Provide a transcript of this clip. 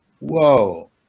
whoa